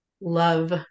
love